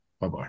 Bye-bye